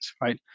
right